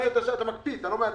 אתה מקפיא, אתה לא מעדכן.